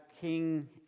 King